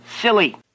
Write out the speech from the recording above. silly